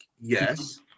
yes